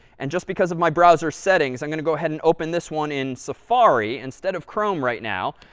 and just because of my browser's settings, i'm going to go ahead and open this one in safari instead of chrome right now.